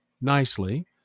nicely